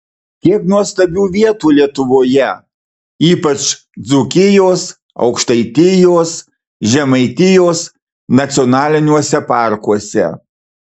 kiek nuostabių vietų lietuvoje ypač dzūkijos aukštaitijos žemaitijos nacionaliniuose parkuose